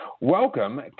Welcome